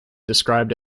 described